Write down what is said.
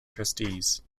trustees